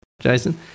Jason